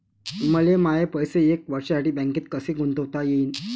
मले माये पैसे एक वर्षासाठी बँकेत कसे गुंतवता येईन?